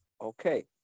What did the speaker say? okay